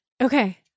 Okay